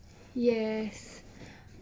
yes